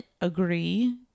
agree